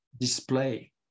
display